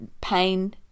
pain